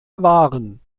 wahren